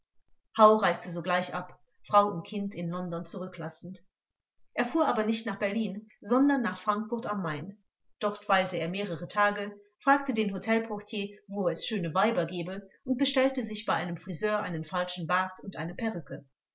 reiste sogleich ab frau und kind in london zurücklassend er fuhr aber nicht nach berlin sondern nach frankfurt am main dort weilte er mehrere tage fragte den hotelportier wo es schöne weiber gebe und bestellte sich bei einem friseur einen falschen bart und eine perücke